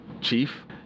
chief